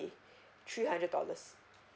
three hundred dollars